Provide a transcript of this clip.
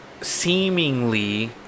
seemingly